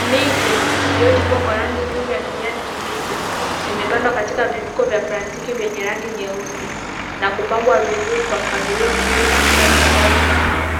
Miche iliyochipua kwa rangi nzuri ya kijani kibichi imepandwa katika vifuko vya plastiki vyenye rangi nyeusi na kupangwa vizuri kwa mpangilio mzuri katika vitalu maalum.